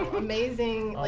amazing